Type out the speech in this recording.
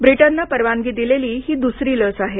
ब्रिटननं परवानगी दिलेली ही दुसरी लस आहे